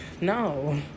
no